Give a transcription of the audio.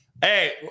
hey